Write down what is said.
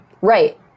Right